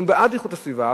אנחנו בעד איכות הסביבה,